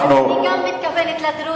אני אסביר לך: כשאני אומרת "ערבים"